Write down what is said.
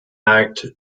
act